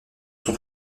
son